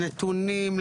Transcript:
לנתונים,